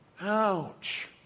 Ouch